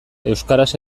euskaraz